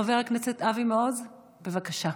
חבר הכנסת אבי מעוז, בבקשה.